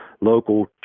local